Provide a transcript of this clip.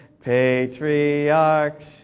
Patriarchs